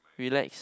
relax